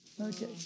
okay